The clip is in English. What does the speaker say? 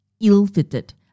ill-fitted